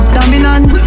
Dominant